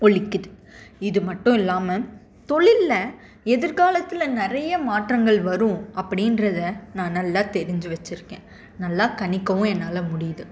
ஒலிக்குது இது மட்டும் இல்லாமல் தொழிலில் எதிர்காலத்தில் நிறைய மாற்றங்கள் வரும் அப்படின்றத நான் நல்லா தெரிஞ்சி வச்சிருக்கேன் நல்லா கணிக்கவும் என்னால் முடியுது